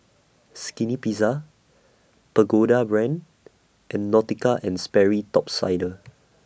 Skinny Pizza Pagoda Brand and Nautica and Sperry Top Sider